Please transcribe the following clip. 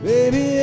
Baby